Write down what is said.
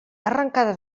arrancada